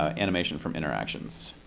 ah animation from interactions.